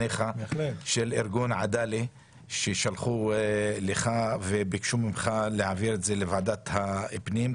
של ארגון עדאלה בו ביקשו ממך להעביר את זה לוועדת הפנים.